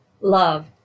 love